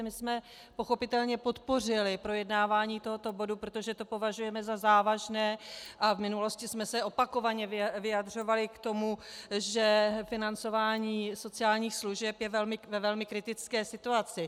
My jsme pochopitelně podpořili projednávání tohoto bodu, protože to považujeme za závažné a v minulosti jsme se opakovaně vyjadřovali k tomu, že financování sociálních služeb je ve velmi kritické situaci.